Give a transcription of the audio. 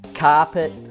carpet